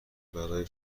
برای